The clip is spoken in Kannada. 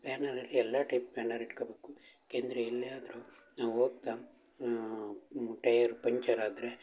ಪ್ಯಾನರ್ ಅಲ್ಲಿ ಎಲ್ಲ ಟೈಪ್ ಪ್ಯಾನರ್ ಇಟ್ಕೋಬೇಕು ಯಾಕಂದ್ರೆ ಎಲ್ಲಿ ಆದರೂ ನಾವು ಹೋಗ್ತ ಟೈಯರ್ ಪಂಚರ್ ಆದರೆ